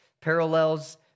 parallels